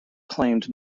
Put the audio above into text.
claimed